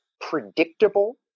predictable